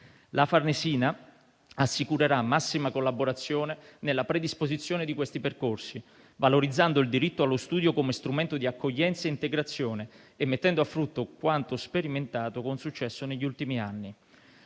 La Farnesina assicurerà massima collaborazione nella predisposizione di questi percorsi, valorizzando il diritto allo studio come strumento di accoglienza e integrazione e mettendo a frutto quanto sperimentato con successo negli ultimi anni.